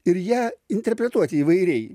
ir ją interpretuoti įvairiai